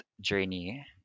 journey